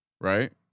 right